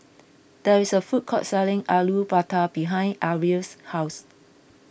there is a food court selling Alu Batar behind Arielle's house